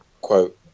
quote